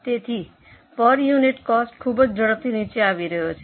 તેથી પર unit cost ખૂબ જ ઝડપથી નીચે આવી રહ્યો છે